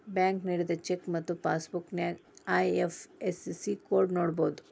bank ನೇಡಿದ cheque ಮತ್ತ passbook ನ್ಯಾಯ ಐ.ಎಫ್.ಎಸ್.ಸಿ ಕೋಡ್ನ ನೋಡಬೋದು